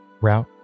route